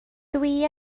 dwi